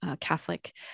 Catholic